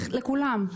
לכולם.